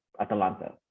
Atalanta